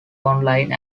online